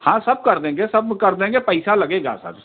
हाँ सब कर देंगे सब कर देंगे पैसा लगेगा सर